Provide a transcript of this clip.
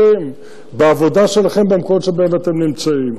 אתם, בעבודה שלכם, במקומות שבהם אתם נמצאים.